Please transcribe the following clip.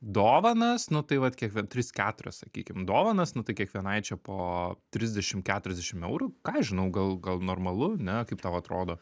dovanas nu tai vat kiekvie tris keturias sakykim dovanas nu tai kiekvienai čia po trisdešim keturiasdešim eurų ką aš žinau gal gal normalu ne kaip tau atrodo